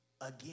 again